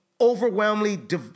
overwhelmingly